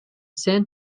san